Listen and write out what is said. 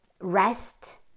rest